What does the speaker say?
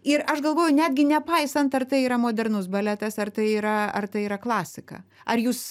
ir aš galvoju netgi nepaisant ar tai yra modernus baletas ar tai yra ar tai yra klasika ar jūs